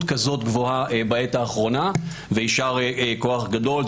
כזו גבוהה בעת האחרונה ויישר כוח גדול.